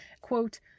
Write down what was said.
Quote